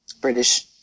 British